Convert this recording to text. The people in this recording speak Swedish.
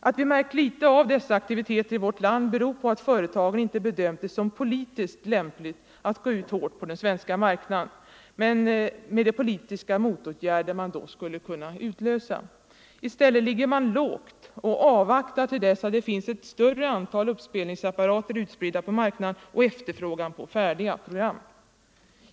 Att vi märkt litet av dessa aktiviteter i vårt land beror på att företagen inte bedömt det som politiskt lämpligt att gå ut hårt på den svenska marknaden, med tanke på de politiska motåtgärder man då skulle kunna utlösa. I stället ligger man lågt och avvaktar till dess det finns ett större antal uppspelningsapparater utspridda på marknaden och efterfrågan på färdiga program.